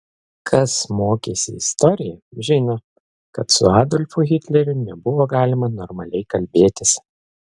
kas mokėsi istoriją žino kad su adolfu hitleriu nebuvo galima normaliai kalbėtis